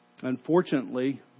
Unfortunately